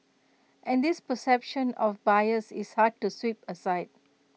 and this perception of bias is hard to sweep aside